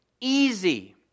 easy